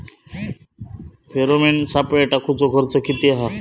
Pheromone सापळे टाकूचो खर्च किती हा?